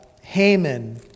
Haman